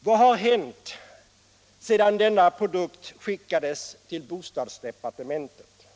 Vad har hänt sedan denna produkt skickades till bostadsdepartementet?